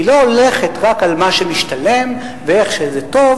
היא לא הולכת רק על מה שמשתלם ואיך שזה טוב